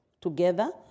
together